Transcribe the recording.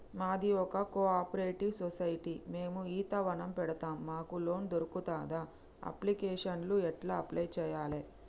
మాది ఒక cooperative society మేము ఈత వనం పెడతం మాకు లోన్ దొర్కుతదా? అప్లికేషన్లను ఎట్ల అప్లయ్ చేయాలే?